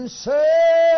say